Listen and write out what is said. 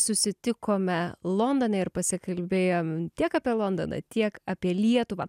susitikome londone ir pasikalbėjom tiek apie londoną tiek apie lietuvą